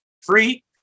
free